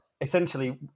essentially